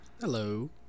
Hello